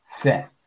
fifth